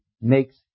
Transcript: makes